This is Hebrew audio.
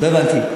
לא הבנתי.